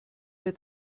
wir